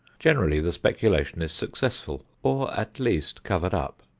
generally the speculation is successful or at least covered up.